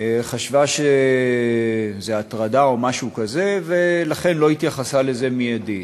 חשבה שזו הטרדה או משהו כזה ולכן לא התייחסה לזה מיידית.